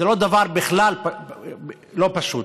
זה דבר בכלל לא פשוט.